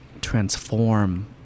transform